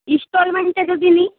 ইন্সটলমেন্টে যদি নিই